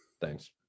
thanks